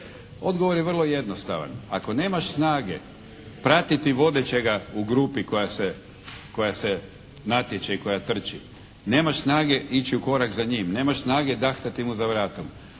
Odgovor je vrlo jednostavan. Ako nemaš snage pratiti vodećega u grupi koja se natječe i koja trči, nemaš snage ići u korak za njim, nemaš snage dahtati mu za vratom